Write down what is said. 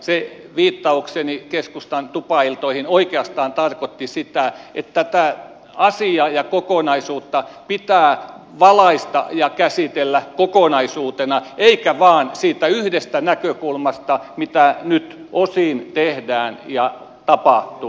se viittaukseni keskustan tupailtoihin oikeastaan tarkoitti sitä että tätä asiaa ja kokonaisuutta pitää valaista ja käsitellä kokonaisuutena eikä vain siitä yhdestä näkökulmasta mitä nyt osin tehdään ja tapahtuu